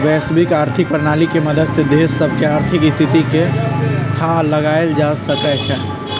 वैश्विक आर्थिक प्रणाली के मदद से देश सभके आर्थिक स्थिति के थाह लगाएल जा सकइ छै